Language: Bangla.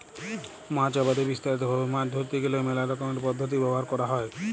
মাছ আবাদে বিস্তারিত ভাবে মাছ ধরতে গ্যালে মেলা রকমের পদ্ধতি ব্যবহার ক্যরা হ্যয়